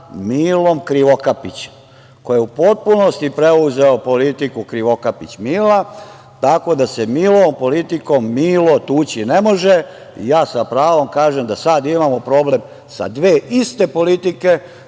Milom Krivokapićem, koji je u potpunosti preuzeo politiku Krivokapić Mila, tako da se Milovom politikom milo tući ne može i ja sa pravom kažem da sad imamo problem sa dve iste politike